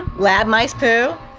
lab mice poo.